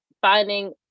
finding